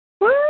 Woo